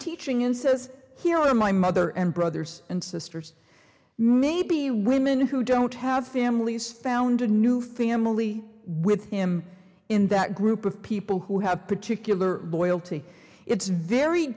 teaching in says here are my mother and brothers and sisters maybe women who don't have families found a new family with him in that group of people who have particular boil to it's very